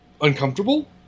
uncomfortable